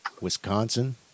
Wisconsin